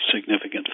significant